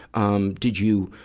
um did you,